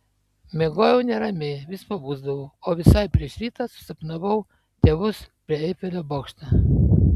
miegojau neramiai vis pabusdavau o visai prieš rytą susapnavau tėvus prie eifelio bokšto